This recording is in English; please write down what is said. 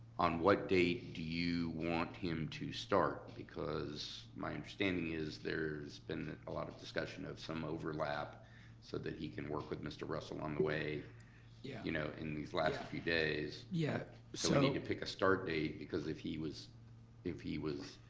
on what date do you want him to start because my understanding is there's been a lot of discussion of some overlap so that he can work with mr. russell along the way yeah you know in these last few days. yeah so you need to pick a start date because if he was if he was,